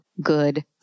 good